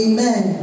Amen